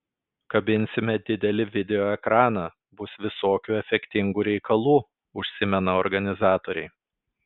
kabinsime didelį video ekraną bus visokių efektingų reikalų užsimena organizatoriai